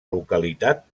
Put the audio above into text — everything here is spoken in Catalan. localitat